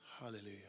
Hallelujah